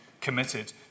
committed